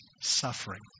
suffering